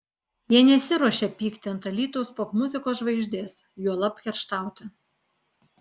jie nesiruošia pykti ant alytaus popmuzikos žvaigždės juolab kerštauti